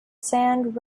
sand